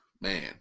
Man